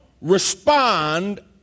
respond